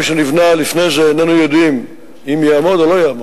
שנבנה לפני זה איננו יודעים אם יעמוד או לא יעמוד,